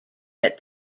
that